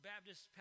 Baptist